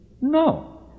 No